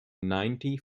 ninety